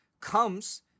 comes